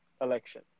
election